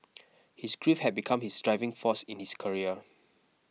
his grief have become his driving force in his career